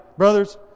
Brothers